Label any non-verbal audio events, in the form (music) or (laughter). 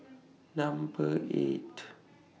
(noise) Number eight